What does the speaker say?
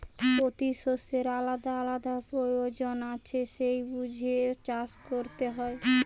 পোতি শষ্যের আলাদা আলাদা পয়োজন আছে সেই বুঝে চাষ কোরতে হয়